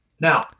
Now